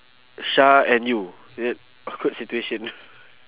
sha and you is it awkward situation